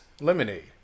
Lemonade